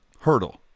Hurdle